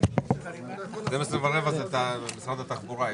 בשעה 12:00.